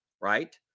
right